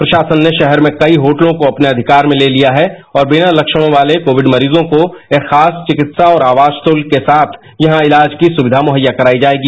प्रशासन ने शहर में कई होटलों को अपने अधिकार में ले लिया है और बिना लक्षणों वाले कोविड मरीजों को एक खास चिकित्सा और आवास शुल्क के साथ यहां इलाज की सुविधा मुहैया कराई जायेगी